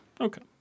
Okay